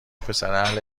پسراهل